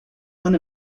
one